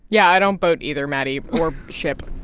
yeah. i don't boat either, maddie. or ship,